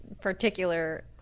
particular